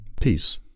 peace